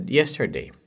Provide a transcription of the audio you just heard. yesterday